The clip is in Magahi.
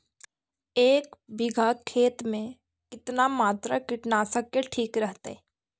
एक बीघा खेत में कितना मात्रा कीटनाशक के ठिक रहतय?